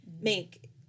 make